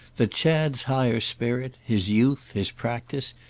that chad's higher spirit, his youth, his practice,